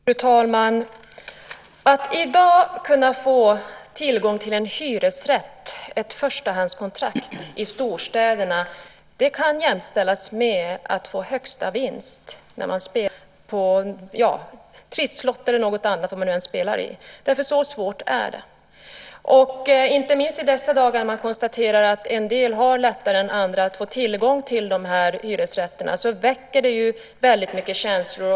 Fru talman! Att i dag kunna få tillgång till ett förstahandskontrakt till en hyresrätt i storstäderna kan jämställas med att få högsta vinsten när man spelar på Trisslotter eller något annat. Så svårt är det. Inte minst i dessa dagar när man konstaterar att en del har lättare än andra att få tillgång till de här hyresrätterna väcker det väldigt mycket känslor.